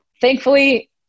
Thankfully